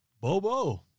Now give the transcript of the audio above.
Bobo